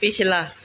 ਪਿਛਲਾ